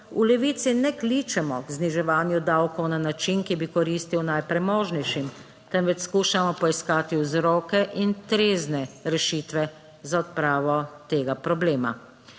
v Levici ne kličemo k zniževanju davkov na način, ki bi koristil najpremožnejšim, temveč skušamo poiskati vzroke in trezne rešitve za odpravo tega problema.